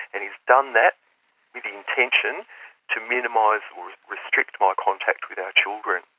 and he's done that with the intention to minimise or restrict my contact with our children.